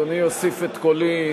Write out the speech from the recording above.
אדוני יוסיף את קולי.